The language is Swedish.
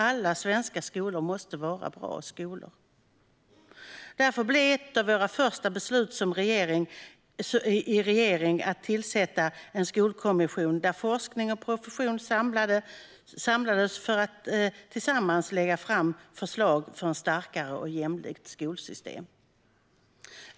Alla svenska skolor måste vara bra skolor. Därför blev ett av våra första beslut i regering att tillsätta en skolkommission där forskning och profession samlades för att tillsammans lägga fram förslag för ett starkare och jämlikt skolsystem.